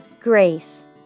Grace